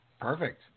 Perfect